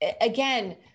again